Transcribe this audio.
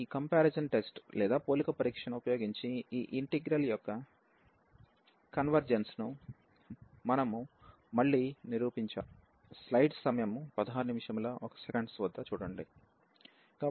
ఈ పోలిక పరీక్షను ఉపయోగించి ఈ ఇంటిగ్రల్ యొక్క కన్వెర్జెన్స్ ను మనము మళ్ళీ నిరూపించాము